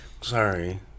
Sorry